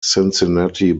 cincinnati